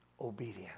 obedience